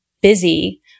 busy